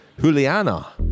Juliana